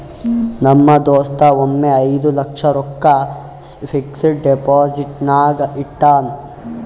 ನಮ್ ದೋಸ್ತ ಒಮ್ಮೆ ಐಯ್ದ ಲಕ್ಷ ರೊಕ್ಕಾ ಫಿಕ್ಸಡ್ ಡೆಪೋಸಿಟ್ನಾಗ್ ಇಟ್ಟಾನ್